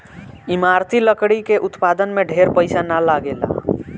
इमारती लकड़ी के उत्पादन में ढेर पईसा ना लगेला